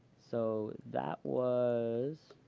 so that was